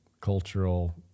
cultural